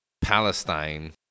Palestine